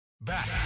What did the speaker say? Back